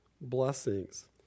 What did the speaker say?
blessings